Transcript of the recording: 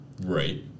Right